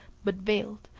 but veiled,